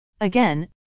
Again